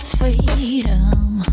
freedom